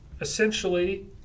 essentially